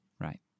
Right